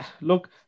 look